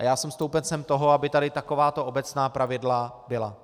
Já jsem stoupencem toho, aby tady takováto obecná pravidla byla.